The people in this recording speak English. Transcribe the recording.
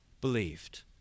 believed